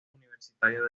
universitario